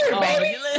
baby